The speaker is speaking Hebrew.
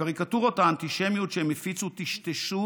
הקריקטורות האנטישמיות שהם הפיצו טשטשו